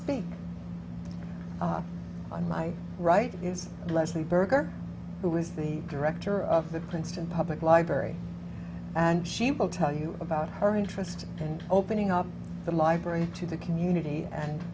speak on my right is lesley berger who is the director of the princeton public library and she will tell you about her interest and opening up the library to the community and